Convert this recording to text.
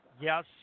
Yes